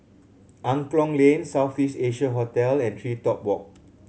Angklong Lane South East Asia Hotel and TreeTop Walk